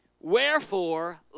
Wherefore